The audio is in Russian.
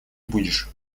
будешь